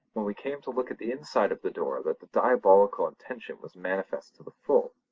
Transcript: when we came to look at the inside of the door that the diabolical intention was manifest to the full.